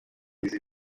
izi